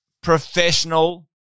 professional